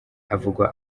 havugwa